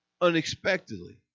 unexpectedly